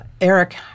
Eric